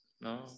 No